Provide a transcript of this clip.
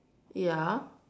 ya